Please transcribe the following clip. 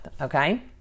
okay